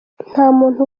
ntamuntu